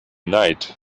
night